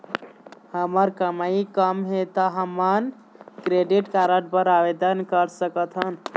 हमर कमाई कम हे ता हमन क्रेडिट कारड बर आवेदन कर सकथन?